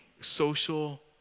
social